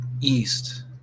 east